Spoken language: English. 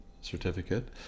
certificate